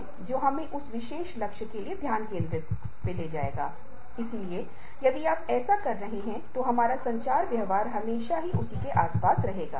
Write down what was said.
यदि काम व्यक्तियों के लिए केंद्रीय है तो व्यक्तिगत रूप से वह तनाव और बीमारी से पीड़ित होगा